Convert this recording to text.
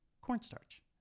Cornstarch